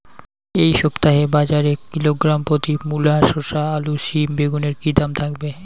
এই সপ্তাহে বাজারে কিলোগ্রাম প্রতি মূলা শসা আলু সিম বেগুনের কী দাম থাকবে?